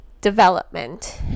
development